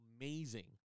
amazing